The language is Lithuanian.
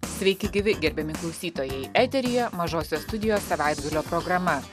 sveiki gyvi gerbiami klausytojai eteryje mažosios studijos savaitgalio programa